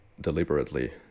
deliberately